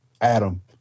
Adam